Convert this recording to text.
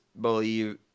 believe